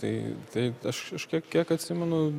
tai tai aš kažkiek kiek atsimenu